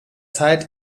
zeit